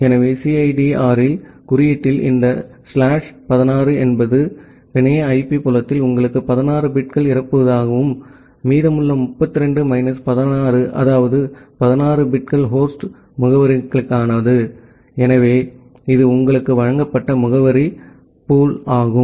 எனவே சிஐடிஆர் குறியீட்டில் இந்த ஸ்லாஷ் 16 என்பது பிணைய ஐபி புலத்தில் உங்களுக்கு 16 பிட்கள் இருப்பதாகவும் மீதமுள்ள 32 மைனஸ் 16 அதாவது 16 பிட்கள் ஹோஸ்ட் முகவரிகளுக்கானவை எனவே இது உங்களுக்கு வழங்கப்பட்ட முகவரி பூல் ஆகும்